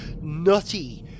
nutty